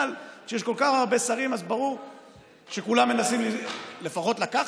כשיש כל כך הרבה שרים ברור שכולם מנסים לפחות לקחת,